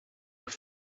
were